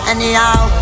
Anyhow